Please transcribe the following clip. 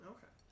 Okay